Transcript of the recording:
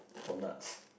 for nuts